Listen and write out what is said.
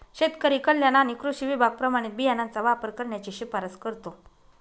शेतकरी कल्याण आणि कृषी विभाग प्रमाणित बियाणांचा वापर करण्याची शिफारस करतो